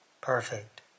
perfect